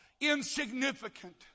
insignificant